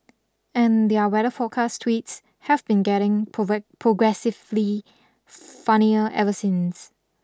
and their weather forecast tweets have been getting progressively funnier ever since